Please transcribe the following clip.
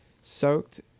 soaked